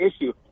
issue